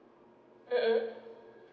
mm mm